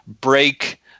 break